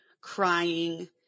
crying